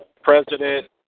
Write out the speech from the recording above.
President